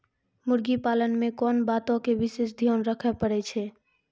मुर्गी पालन मे कोंन बातो के विशेष ध्यान रखे पड़ै छै?